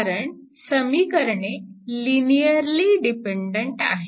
कारण समीकरणे linearly dependent आहेत